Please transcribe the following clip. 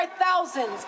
thousands